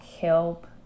help